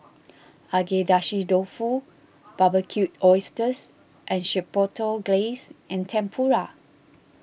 Agedashi Dofu Barbecued Oysters with Chipotle Glaze and Tempura